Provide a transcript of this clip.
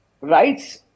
rights